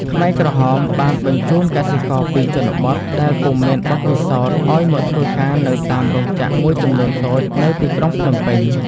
ខ្មែរក្រហមបានបញ្ជូនកសិករពីជនបទ ដែលពុំមានបទពិសោធន៍ឱ្យមកធ្វើការនៅតាមរោងចក្រមួយចំនួនតូចនៅទីក្រុងភ្នំពេញ ។